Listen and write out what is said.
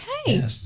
Okay